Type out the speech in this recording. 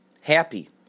Happy